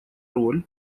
роль